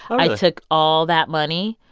i took all that money,